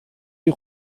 die